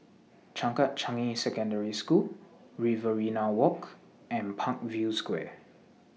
Changkat Changi Secondary School Riverina Walk and Parkview Square